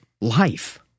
life